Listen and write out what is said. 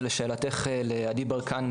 זה לשאלתך לעדי ברקן,